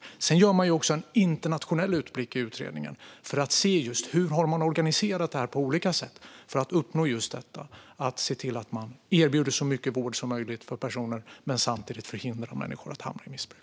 Utredningen gör också en internationell utblick för att se hur man har organiserat på olika sätt för att uppnå just detta att se till att man erbjuder så mycket vård som möjligt för personer men samtidigt förhindrar att människor hamnar i missbruk.